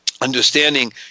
understanding